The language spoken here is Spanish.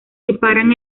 separan